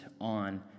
on